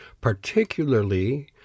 particularly